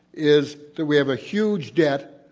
is that we have a huge debt,